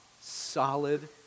solid